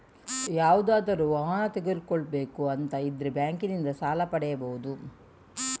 ಯಾವುದಾದ್ರೂ ವಾಹನ ತಗೊಳ್ಬೇಕು ಅಂತ ಇದ್ರೆ ಬ್ಯಾಂಕಿನಿಂದ ಸಾಲ ಪಡೀಬಹುದು